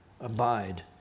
abide